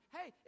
Hey